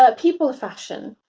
ah people of fashion,